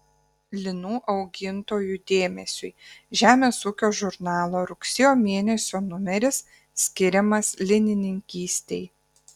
linų augintojų dėmesiui žemės ūkio žurnalo rugsėjo mėnesio numeris skiriamas linininkystei